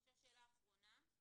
עכשיו שאלה אחרונה,